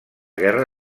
guerra